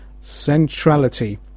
centrality